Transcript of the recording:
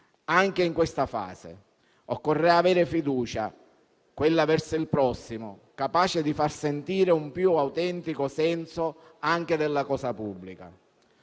anche in questa fase. Occorrerà avere fiducia, quella verso il prossimo, capace di far sentire un più autentico senso anche della cosa pubblica.